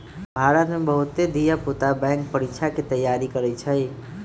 भारत में बहुते धिया पुता बैंक परीकछा के तैयारी करइ छइ